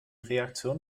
reaktion